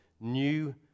new